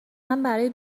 برای